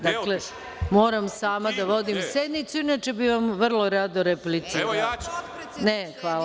Dakle, moram sama da vodim sednicu, inače bih vam vrlo rado replicirala.